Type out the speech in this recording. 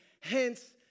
Hence